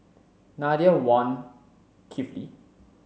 Nadia Wan Kifli